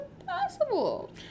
impossible